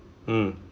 hmm